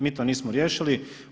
Mi to nismo riješili.